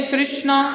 Krishna